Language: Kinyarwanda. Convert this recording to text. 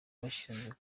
bashinzwe